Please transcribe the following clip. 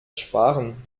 sparen